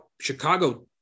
Chicago